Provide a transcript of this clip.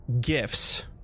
gifts